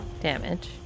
damage